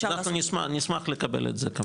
אנחנו נשמח לקבל את זה.